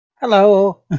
Hello